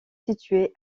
situé